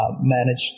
managed